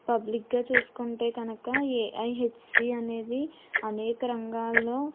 public గా చూసుకుంటే కనుక ఏఐహెచ్సి అనేది అనేక రంగాల్లో